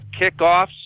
kickoffs